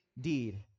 deed